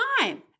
time